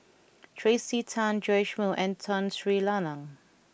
Tracey Tan Joash Moo and Tun Sri Lanang